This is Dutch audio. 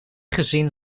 gezien